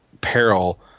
peril